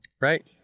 Right